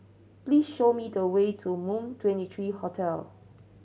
please show me the way to Moon Twenty three Hotel